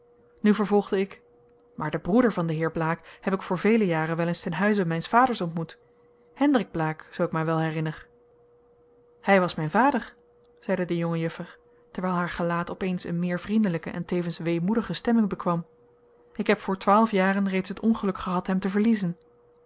nu vervolgde ik maar den broeder van den heer blaek heb ik voor vele jaren wel eens ten huize mijns vaders ontmoet hendrik blaek zoo ik mij wel herinner hij was mijn vader zeide de jonge juffer terwijl haar gelaat opeens een meer vriendelijke en tevens weemoedige stemming bekwam ik heb voor twaalf jaren reeds het ongeluk gehad hem te verliezen